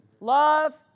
Love